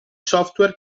software